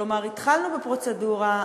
כלומר התחלנו עם פרוצדורה,